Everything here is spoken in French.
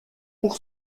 pour